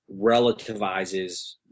relativizes